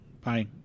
Bye